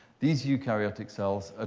these eukaryotic cells ah